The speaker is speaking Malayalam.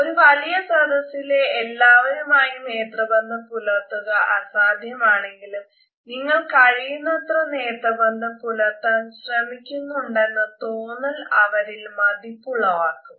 ഒരു വലിയ സദസ്സിലെ എല്ലാവരുമായും നേത്രബന്ധം പുലർത്തുക അസാധ്യമാണെങ്കിലും നിങ്ങൾ കഴിയുന്നത്ര നേത്രബന്ധം പുലർത്താൻ ശ്രമിക്കുന്നുണ്ടെന്ന തോന്നൽ അവരിൽ മതിപ്പുളവാക്കും